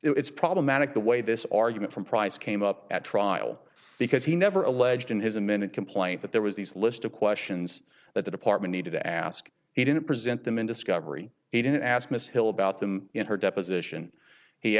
it's problematic the way this argument from price came up at trial because he never alleged in his a minute complaint that there was these list of questions that the department needed to ask he didn't present them in discovery he didn't ask miss hill about them in her deposition he